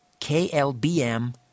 KLBM